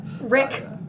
Rick